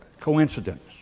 coincidence